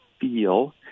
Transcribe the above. feel